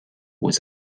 was